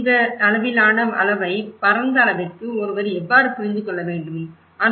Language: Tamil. இந்த அளவிலான அளவை பரந்த அளவிற்கு ஒருவர் எவ்வாறு புரிந்து கொள்ள முடியும்